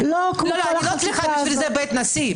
לא צריכה בית נשיא.